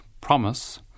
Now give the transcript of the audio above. Promise